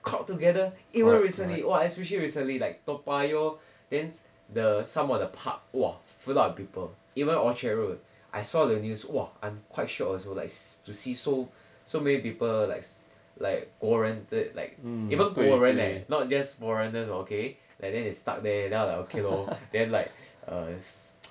crowd together even recently !wah! especially recently like toa payoh then the some of the park !wah! filled up with people even orchard road I saw the news !wah! I'm quite shocked also like see to see so so many people like like 国人就是 like even 国人 eh not just foreigners okay like then they stuck there then I was like okay lor then like err